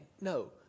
No